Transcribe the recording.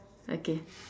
okay